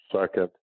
second